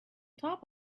top